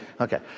Okay